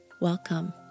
Welcome